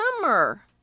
summer